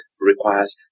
requires